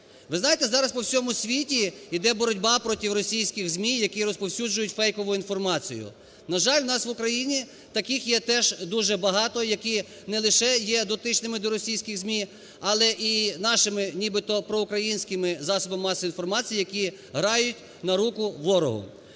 Ви знаєте, зараз по всьому світі йде боротьба проти російських ЗМІ, які розповсюджують фейкову інформацію. На жаль, у нас в Україні таких є теж дуже багато, які не лише є дотичними до російських ЗМІ, але і нашими, нібито, проукраїнськими засобами масової інформації, які "грають на руку ворогу".